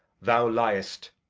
thou liest.